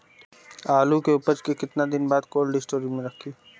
आलू के उपज के कितना दिन बाद कोल्ड स्टोरेज मे रखी?